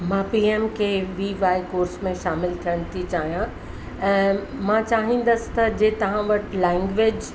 मां P M K V Y course में शामिलु थियणु थी चाहियां ऐं मां चाहींदसि त जे तव्हां वटि लैग्वेंज